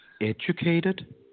educated